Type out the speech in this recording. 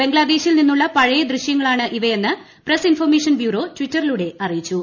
ബംഗ്ലാദേശിൽ നിന്നുള്ള പഴയ ദൃശ്യങ്ങളാണ് ഇവയെന്ന് പ്രസ് ഇൻഫർമേഷൻ ബ്യൂറോ ടിറ്ററിലൂടെ അറിയിച്ചു